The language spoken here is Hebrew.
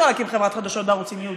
להקים חברת חדשות בערוצים ייעודיים,